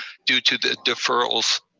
due to the deferrals.